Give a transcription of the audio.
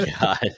God